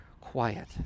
quiet